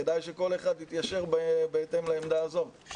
כדאי שכל אחד יתיישר בהתאם לעמדה הזאת.